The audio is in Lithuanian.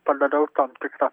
padariau tam tikrą